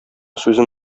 сүзен